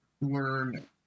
learn